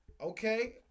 Okay